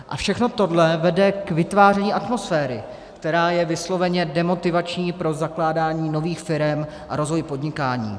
A všechno tohle vede k vytváření atmosféry, která je vysloveně demotivační pro zakládání nových firem a rozvoj podnikání.